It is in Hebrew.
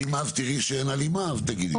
ואם אז תראי שאין הלימה, אז תגידי לנו.